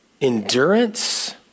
endurance